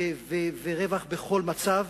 של רווח בכל מצב,